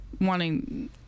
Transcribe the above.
wanting